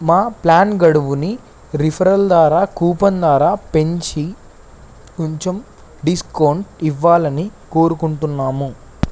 మా ప్లాన్ గడువుని రిఫరల్ ద్వారా కూపన్ ద్వారా పెంచి కొంచెం డిస్కౌంట్ ఇవ్వాలని కోరుకుంటున్నాము